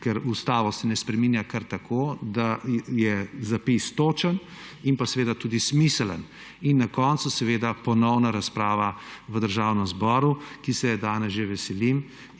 ker ustave se ne spreminja kar tako, da je zapis točen in tudi smiseln. In na koncu ponovna razprava v Državnem zboru, ki se je danes že veselim.